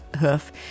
hoof